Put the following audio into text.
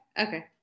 okay